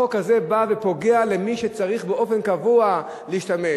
החוק הזה בא ופוגע במי שצריך באופן קבוע להשתמש,